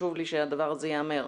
חשוב לי שהדבר הזה ייאמר.